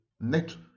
net